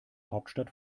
hauptstadt